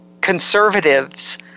conservatives –